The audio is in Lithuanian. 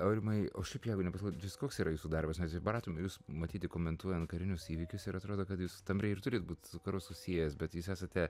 aurimai o šiaip jeigu ne paslaptis koks yra jūsų darbas mes įpratome jus matyti komentuojant karinius įvykius ir atrodo kad jūs tampriai ir turit būt su karu susijęs bet jūs esate